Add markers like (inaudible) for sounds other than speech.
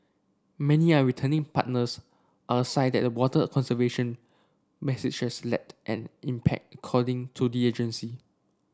many are returning partners are sign that the water conservation message has (unintelligible) an impact according to the agency